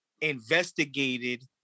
investigated